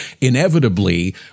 inevitably